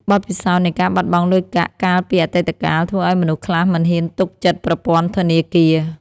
បទពិសោធន៍នៃការបាត់បង់លុយកាក់កាលពីអតីតកាល ធ្វើឱ្យមនុស្សខ្លះមិនហ៊ានទុកចិត្តប្រព័ន្ធធនាគារ។